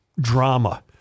drama